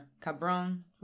Cabron